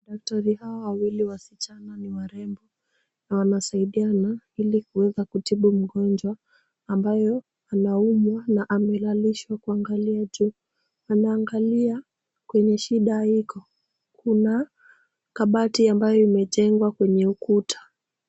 Daktari hawa wawili wasichana ni warembo na wanasaidiana ili kuweza kutibu mgonjwa ambayo anaumwa na amelalishwa kuangalia juu. Wanaangalia kwenye shida iko. Kuna kabati ambayo imejengwa kwenye ukuta.